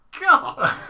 God